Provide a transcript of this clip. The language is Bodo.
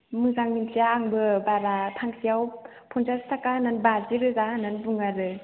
मोजां मिनथिया आंबो बारा फांसेयाव फनसास थाखा होनानै बाजि रोजा होननानै बुङो आरो